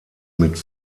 mit